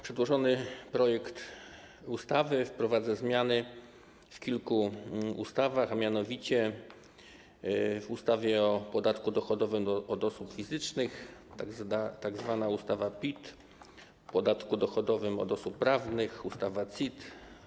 Przedłożony projekt ustawy wprowadza zmiany w kilku ustawach, a mianowicie w ustawie o podatku dochodowym od osób fizycznych, tzw. ustawie o PIT, ustawie o podatku dochodowym od osób prawnych, ustawie o CIT,